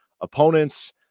opponents